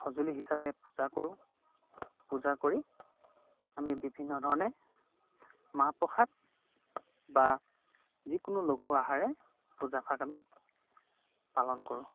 সঁজুলি হিচাপে পূজা কৰোঁ পূজা কৰি আমি বিভিন্ন ধৰণে মাহ প্ৰসাদ বা যিকোনো লঘু আহাৰে পূজাভাগ আমি পালন কৰোঁ